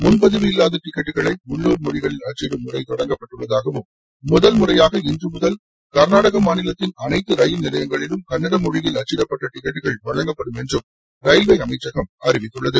முன்பதிவு இல்லாத டிக்கெட்டுகளை உள்ளுர் மொழிகளில் அச்சிடும் முறை தொடங்கப்பட்டுள்ளதாகவும் முதல் முறையாக இன்று முதல் கர்நாடகா மாநிலத்தின் அனைத்து ரயில் நிலையங்களிலும் கன்னட மொழியில் அச்சிடப்பட்ட டிக்கெட்டுகள் வழங்கப்படும் என்றும் ரயில்வே அமைச்சகம் அறிவித்துள்ளது